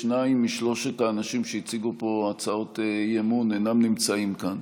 שניים משלושת האנשים שהציגו פה הצעות אי-אמון אינם נמצאים כאן.